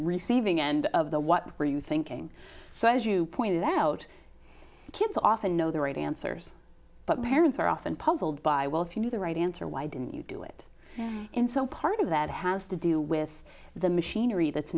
receiving end of the what are you thinking so as you pointed out kids often know the right answers but parents are often puzzled by well if you do the right answer why didn't you do it and so part of that has to do with the machinery that's